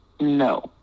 No